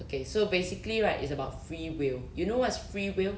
okay so basically right it's about free will you know what's free will